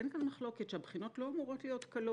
אין כאן מחלוקת שהבחינות לא אמורות להיות קלות.